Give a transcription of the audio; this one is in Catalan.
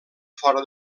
fora